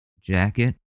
jacket